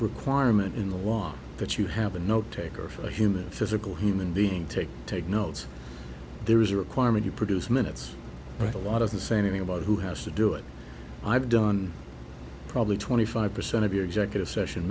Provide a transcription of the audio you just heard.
requirement in the one that you have a note taker for human physical human being take take notes there is a requirement you produce minutes but a lot of the say anything about who has to do it i've done probably twenty five percent of your executive session